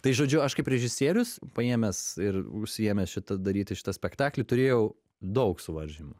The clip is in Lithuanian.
tai žodžiu aš kaip režisierius paėmęs ir užsiėmęs šitą daryti šitą spektaklį turėjau daug suvaržymų